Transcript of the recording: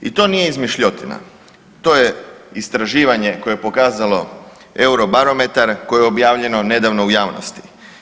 I to nije izmišljotina, to je istraživanje koje je pokazalo Eurobarometar, koje je objavljeno nedavno u javnosti.